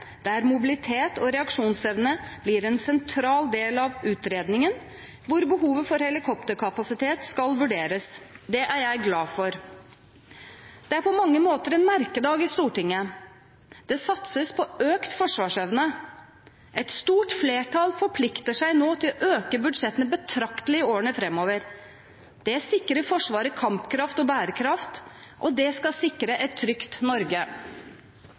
der mobilitet og reaksjonsevne blir en sentral del av utredningen, hvor behovet for helikopterkapasitet skal vurderes. Det er jeg glad for. Dette er på mange måter en merkedag i Stortinget. Det satses på økt forsvarsevne. Et stort flertall forplikter seg nå til å øke budsjettene betraktelig i årene framover. Det sikrer Forsvaret kampkraft og bærekraft – og det skal sikre et trygt Norge.